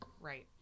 Right